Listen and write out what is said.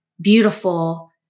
beautiful